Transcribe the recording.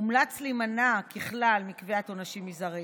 הומלץ להימנע ככלל מקביעת עונשים מזעריים,